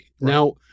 Now